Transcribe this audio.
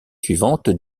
suivantes